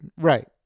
Right